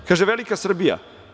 Kaže - velika Srbija.